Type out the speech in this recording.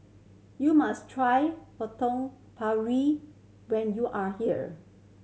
you must try when you are here